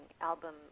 album